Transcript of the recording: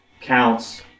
counts